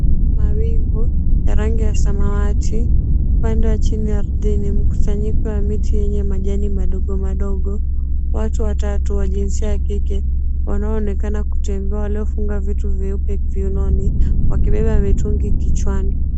Mawingu ya rangi ya samawati. Upande wa chini ardhini mkusanyiko ya miti yenye majani madogo madogo. Watu watatu wa jinsia ya kike wanaoonekana kutembea, waliofunga vitu vyeupe viunoni wakibeba mitungi kichwani.